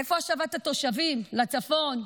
איפה השבת התושבים לצפון?